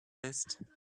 list